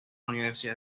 universidad